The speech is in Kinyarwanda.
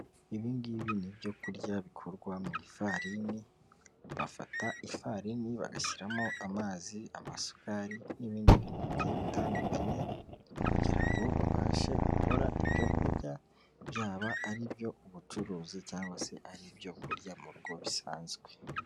Ibingibi ni ibyo kurya bikorwa mu ifarini, bafata ifarini bagashyiramo amazi, amasukari n'ibindi bintu bigiye bitandukanye kugira ngo babashe gukora ibyo kurya, byaba ari ibyo ubucuruzi cyangwa se ari ibyo kurya mu rugo bisanzwe.